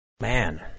Man